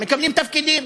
מקבלים תפקידים,